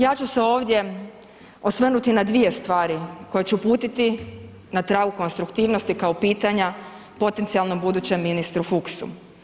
Ja ću se ovdje osvrnuti na dvije stvari koje ću uputiti na tragu konstruktivnosti kao pitanja potencijalnom budućem ministru Fuchsu.